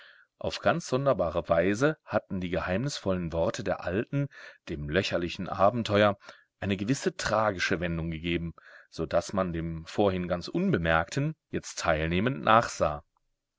auf ganz sonderbare weise hatten die geheimnisvollen worte der alten dem lächerlichen abenteuer eine gewisse tragische wendung gegeben so daß man dem vorhin ganz unbemerkten jetzt teilnehmend nachsah